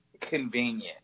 convenient